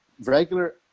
Regular